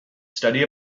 study